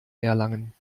erlangen